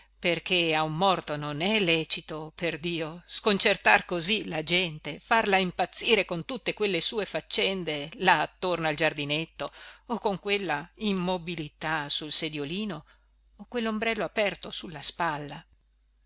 perché a un morto non è lecito perdio sconcertar così la gente farla impazzire con tutte quelle sue faccende là attorno al giardinetto o con quella immobilità sul sediolino e quellombrello aperto sulla spalla